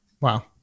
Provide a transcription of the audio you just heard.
Wow